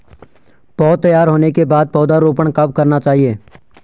पौध तैयार होने के बाद पौधा रोपण कब करना चाहिए?